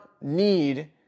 need